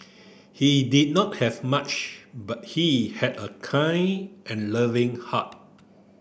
he did not have much but he had a kind and loving heart